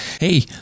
Hey